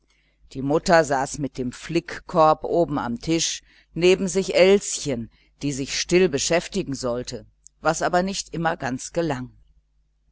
die mutter saß mit dem flickkorb oben am tisch neben sich elschen die sich still beschäftigen sollte was aber nicht immer gelang